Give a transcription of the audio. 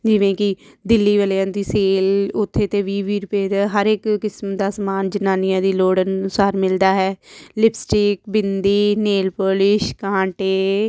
ਜਿਵੇਂ ਕਿ ਦਿੱਲੀ ਵਾਲਿਆਂ ਦੀ ਸੇਲ ਉੱਥੇ ਤਾਂ ਵੀਹ ਵੀਹ ਰੁਪਏ ਦੇ ਹਰ ਇੱਕ ਕਿਸਮ ਦਾ ਸਮਾਨ ਜਨਾਨੀਆਂ ਦੀ ਲੋੜ ਅਨੁਸਾਰ ਮਿਲਦਾ ਹੈ ਲਿਪਸਟਿਕ ਬਿੰਦੀ ਨੇਲ ਪੋਲਿਸ਼ ਕਾਂਟੇ